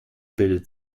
bildet